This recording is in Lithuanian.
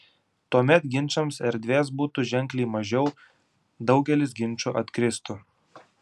tuomet ginčams erdvės būtų ženkliai mažiau daugelis ginčų atkristų